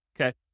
Okay